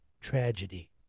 tragedy